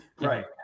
Right